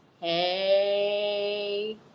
Hey